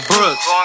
Brooks